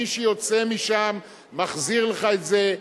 מי שיוצא משם מחזיר לך את זה,